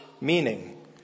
meaning